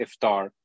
iftar